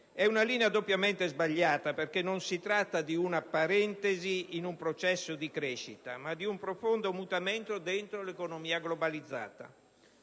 È una linea doppiamente sbagliata. È sbagliata perché non si tratta di una parentesi in un processo di crescita, ma di un profondo mutamento dentro l'economia globalizzata.